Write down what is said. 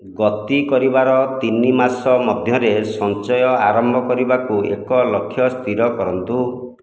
ଗତି କରିବାର ତିନି ମାସ ମଧ୍ୟରେ ସଞ୍ଚୟ ଆରମ୍ଭ କରିବାକୁ ଏକ ଲକ୍ଷ୍ୟ ସ୍ଥିର କରନ୍ତୁ